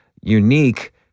unique